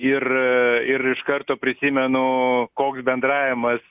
ir ir iš karto prisimenu koks bendravimas